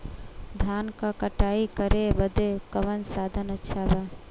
धान क कटाई करे बदे कवन साधन अच्छा बा?